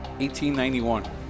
1891